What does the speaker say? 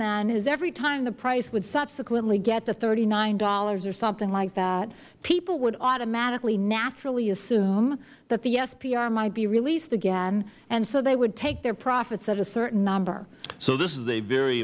then is every time the price would subsequently get to thirty nine dollars or something like that people would automatically naturally assume that the spr might be released again and so they would take their profits at a certain number mister mcnerney so this is a very